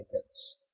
tickets